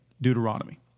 Deuteronomy